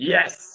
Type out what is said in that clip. Yes